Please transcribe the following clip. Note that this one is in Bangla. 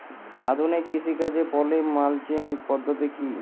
আধুনিক কৃষিকাজে পলি মালচিং পদ্ধতি কি?